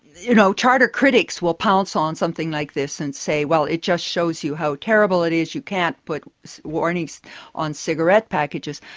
you know, charter critics will pounce on something like this and say, well, it just shows you how terrible it is, you can't put warnings on cigarette packages.